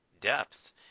depth